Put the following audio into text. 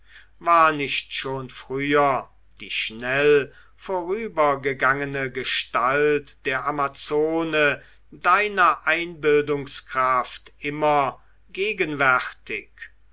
war nicht schon früher die schnell vorübergegangene gestalt der amazone deiner einbildungskraft immer gegenwärtig